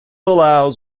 allows